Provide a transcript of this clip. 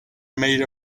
made